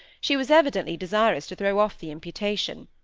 she was evidently desirous to throw off the imputation.